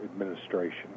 administration